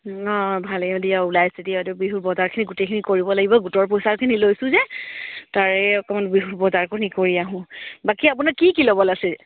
অঁ ভালে দিয়া ওলাইছে দিয়া বিহু বজাৰখিনি গোটেইখিনি কৰিব লাগিব গোটৰ পইচাখিনি লৈছোঁ যে তাৰে অকণমান বিহু বজাৰখিনি কৰি আহোঁ বাকী আপোনাৰ কি কি ল'বলৈ আছে